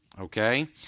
okay